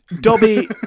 Dobby